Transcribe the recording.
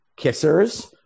kissers